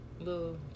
little